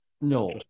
no